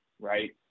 right